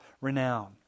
renown